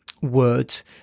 words